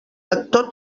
lector